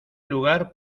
lugar